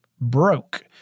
broke